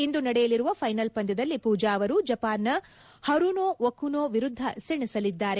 ಇಂದು ನಡೆಯಲಿರುವ ಫೈನಲ್ ಪಂದ್ಯದಲ್ಲಿ ಪೂಜಾ ಅವರು ಜಪಾನ್ನ ಹರುನೊ ಒಕುನೊ ವಿರುದ್ದ ಸೆಣಸಲಿದ್ದಾರೆ